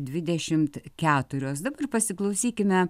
dvidešimt keturios dabar pasiklausykime